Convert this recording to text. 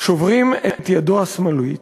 שוברים את ידו השמאלית,